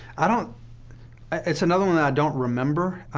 i don't it's another one i don't remember.